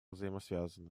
взаимосвязаны